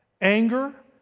anger